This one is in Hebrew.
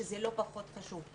שזה לא פחות חשוב.